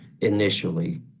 initially